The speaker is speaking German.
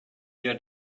wir